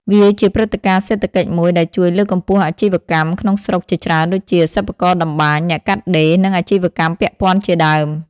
វាជាព្រឹត្តិការណ៍សេដ្ឋកិច្ចមួយដែលជួយលើកកម្ពស់អាជីវកម្មក្នុងស្រុកជាច្រើនដូចជា សិប្បករតម្បាញ អ្នកកាត់ដេរ និងអាជីវកម្មពាក់ព័ន្ធជាដើម។